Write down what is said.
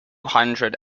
hundred